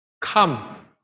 Come